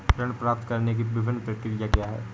ऋण प्राप्त करने की विभिन्न प्रक्रिया क्या हैं?